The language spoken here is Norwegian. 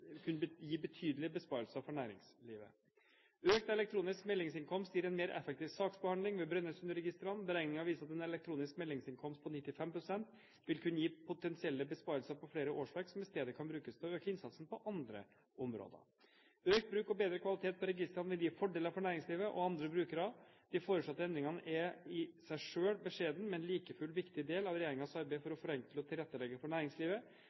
kunne gi betydelige besparelser for næringslivet. Økt elektronisk meldingsinnkomst gir en mer effektiv saksbehandling ved Brønnøysundregistrene. Beregninger viser at en elektronisk meldingsinnkomst på 95 pst. vil kunne gi potensielle besparelser på flere årsverk, som i stedet kunne brukes til å øke innsatsen på andre områder. Økt bruk og bedre kvalitet på registrene vil gi fordeler for næringslivet og andre brukere. De foreslåtte endringene er en i seg selv beskjeden, men like fullt viktig, del av regjeringens arbeid for å forenkle og tilrettelegge for næringslivet.